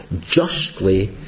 justly